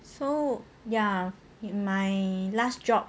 so ya in my last job